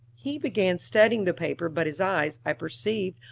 he began studying the paper, but his eyes, i perceived,